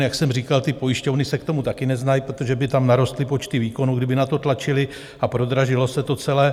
Jak jsem říkal, pojišťovny se k tomu taky neznají, protože by tam narostly počty výkonů, kdyby na to tlačily, a prodražilo se to celé.